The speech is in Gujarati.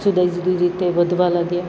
જુદી જુદી રીતે વધવા લાગ્યા